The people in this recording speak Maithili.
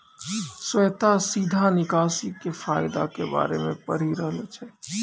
श्वेता सीधा निकासी के फायदा के बारे मे पढ़ि रहलो छै